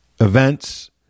events